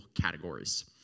categories